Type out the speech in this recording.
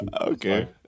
Okay